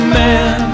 man